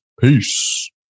Peace